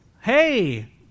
Hey